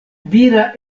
vira